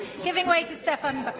giving way to steffan